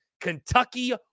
Kentucky